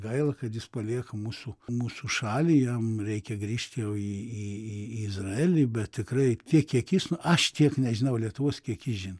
gaila kad jis palieka mūsų mūsų šalį jam reikia grįžt jau į į į į izraelį bet tikrai tiek kiek jis nu aš tiek nežinau lietuvos kiek jis žino